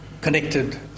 connected